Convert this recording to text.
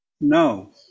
No